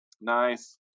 Nice